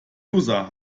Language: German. user